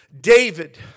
david